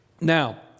Now